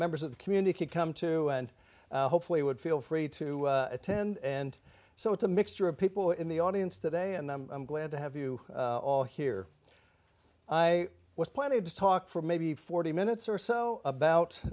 members of communicate come to and hopefully would feel free to attend and so it's a mixture of people in the audience today and i'm glad to have you all here i was planted to talk for maybe forty minutes or so about